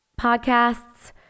podcasts